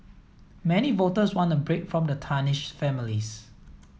many voters want a break from the tarnished families